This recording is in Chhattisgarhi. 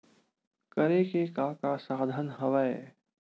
करे के का का साधन हवय?